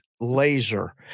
laser